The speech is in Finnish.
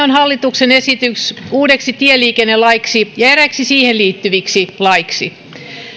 on hallituksen esitys uudeksi tieliikennelaiksi ja eräiksi siihen liittyviksi laeiksi